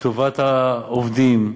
לטובת העובדים,